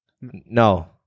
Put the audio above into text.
No